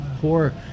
poor